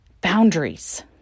boundaries